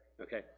Okay